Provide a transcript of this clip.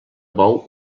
bou